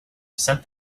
sent